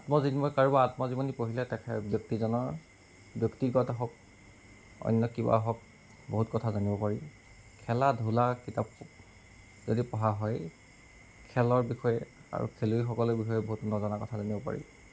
মই যেনিবা কাৰোবাক আত্মজীৱনী পঢ়িলে ব্যক্তিজনৰ ব্যক্তিগত হওঁক অন্য কিবা হওঁক বহুত কথা জানিব পাৰি খেলা ধূলা কিতাপ যদি পঢ়া হয় খেলৰ বিষয়ে আৰু খেলুৱৈসকলে বিষয়ে বহুত নজনা কথা জানিব পাৰি